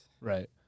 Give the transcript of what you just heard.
Right